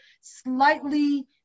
slightly